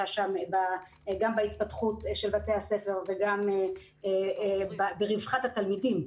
שם גם בהתפתחות בתי הספר וגם ברווחת התלמידים.